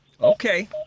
Okay